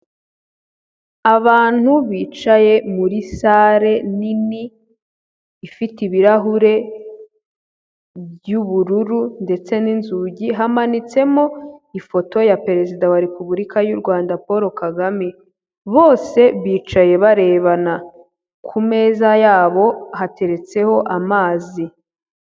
Abantu bicaye muri sale nini ifite ibirahure by'ubururu ndetse n'inzugi, hamanitsemo ifoto ya perezida wa repubulika y'u Rwanda Paul Kagame, bose bicaye barebana ku meza yabo hateretseho amazi.